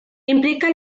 implica